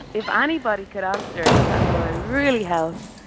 if anybody could answer it, that would really help.